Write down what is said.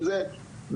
אם זה בהוראה,